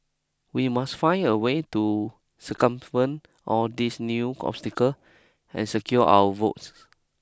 we must find a way to circumvent all these new obstacle and secure our votes